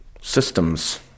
systems